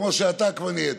כמו שאתה כבר נהיית.